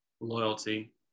loyalty